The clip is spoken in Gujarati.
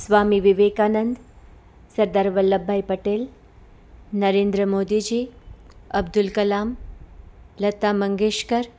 સ્વામી વિવેકાનંદ સરદાર વલ્લભ ભાઈ પટેલ નરેન્દ્ર મોદીજી અબ્દુલ કલામ લતા મંગેસકર